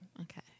Okay